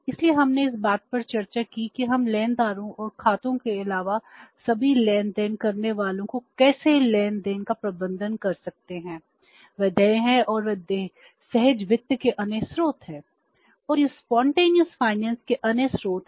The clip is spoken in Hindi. इसलिए हमने इस बात पर चर्चा की कि हम लेनदारों और खातों के अलावा सभी लेन देन करने वालों को कैसे लेन देन का प्रबंधन कर सकते हैं वे देय हैं और वे सहज वित्त के अन्य स्रोत हैं